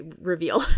reveal